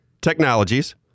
technologies